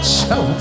show